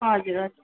हजुर हजुर